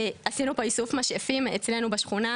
עשינו פה איסוף משאפים אצלנו בשכונה,